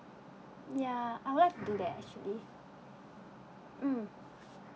ya I would like to do that actually mm